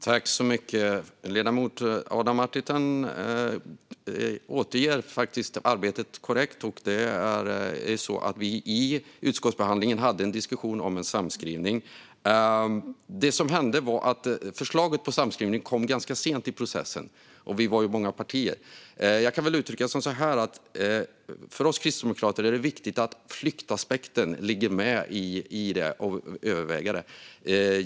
Fru talman! Ledamoten Adam Marttinen återger faktiskt arbetet korrekt. Vi hade i utskottsbehandlingen en diskussion om en samskrivning. Det som hände var att förslaget till samskrivning kom ganska sent i processen, och vi var många partier. Jag kan väl uttrycka det så här: För oss kristdemokrater är det viktigt att flyktaspekten finns med och att överväga det.